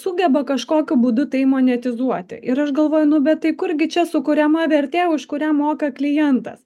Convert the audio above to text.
sugeba kažkokiu būdu tai monetizuoti ir aš galvoju nu bet tai kur gi čia sukuriama vertė už kurią moka klientas